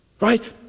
Right